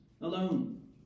alone